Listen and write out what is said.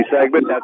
segment